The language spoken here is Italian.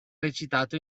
recitato